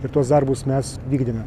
ir tuos darbus mes vykdėme